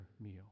meal